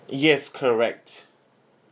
yes correct